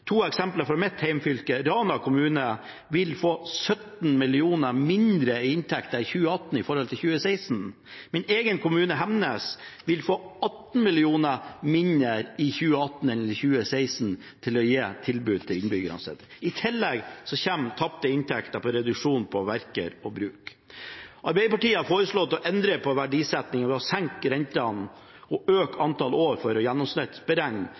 To eksempler fra mitt hjemfylke: Rana kommune vil få 17 mill. kr mindre i inntekter for 2018 i forhold til 2016. Min egen kommune, Hemnes, vil få 18 mill. kr mindre i 2018 enn i 2016 til å gi tilbud til innbyggerne sine. I tillegg kommer tapte inntekter ved reduksjon på verker og bruk. Arbeiderpartiet har foreslått å endre på verdisettingen ved å senke renten og øke antall år for